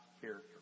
character